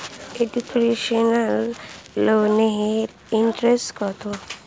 Educational লোনের interest কত?